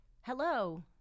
Hello